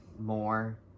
more